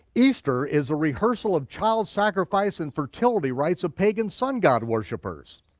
easter is a rehearsal of child sacrifice and fertility rites of pagan sun-god worshipers.